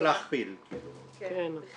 אם